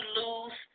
lose